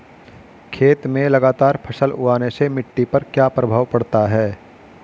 खेत में लगातार फसल उगाने से मिट्टी पर क्या प्रभाव पड़ता है?